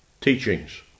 teachings